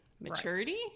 maturity